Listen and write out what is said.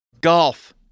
golf